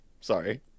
Sorry